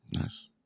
Nice